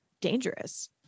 dangerous